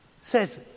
says